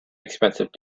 expensive